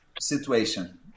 situation